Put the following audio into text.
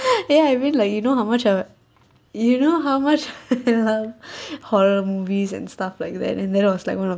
ya I really like you know how much I you know how much I love horror movies and stuff like that and that was like one of